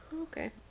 Okay